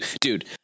Dude